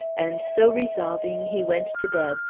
and so resolving he went to bed,